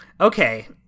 Okay